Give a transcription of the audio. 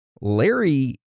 Larry